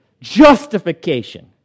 Justification